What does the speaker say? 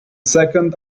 second